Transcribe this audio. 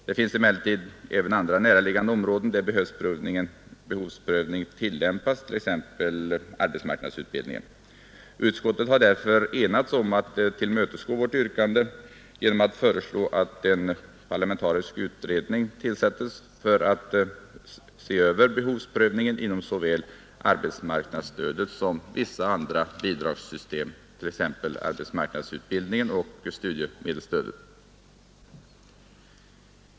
Det finns emellertid även andra näraliggande områden där behovsprövning tillämpas, exempelvis arbetsmarknadsutbildningen. Utskottet har därför enats om att tillmötesgå vårt yrkande genom att föreslå att en parlamentarisk utredning tillsätts för att se över behovsprövningen inom såväl arbetsmarknadsstödet som vissa andra bidragssystem, t.ex. arbetsmarknadsutbildningen och studiemedelsstödet.